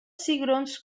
cigrons